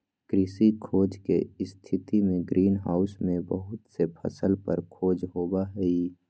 कृषि खोज के स्थितिमें ग्रीन हाउस में बहुत से फसल पर खोज होबा हई